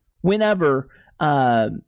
whenever